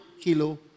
kilo